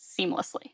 seamlessly